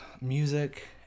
music